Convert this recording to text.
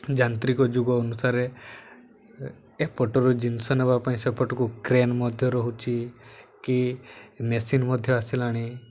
ଯାନ୍ତ୍ରିକ ଯୁଗ ଅନୁସାରେ ଏପଟରୁ ଜିନିଷ ନେବା ପାଇଁ ସେପଟକୁ କ୍ରେନ୍ ମଧ୍ୟ ରହୁଛି କି ମେସିନ୍ ମଧ୍ୟ ଆସିଲାଣି